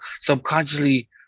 subconsciously